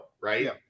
right